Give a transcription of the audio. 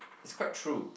it's quite true